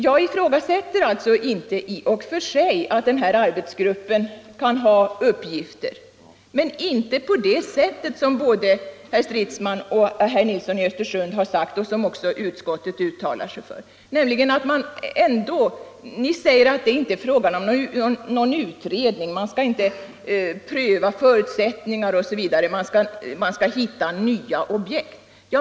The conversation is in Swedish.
Jag ifrågasätter alltså inte i och för sig att den här arbetsgruppen kan ha uppgifter, men inte uppgifter av det slag som herr Nilsson i Östersund och även utskottet uttalar sig för. Ni säger att det inte är fråga om någon utredning och att arbetsgruppen inte skall pröva förutsättningar osv. Den skall i stället försöka hitta nya objekt.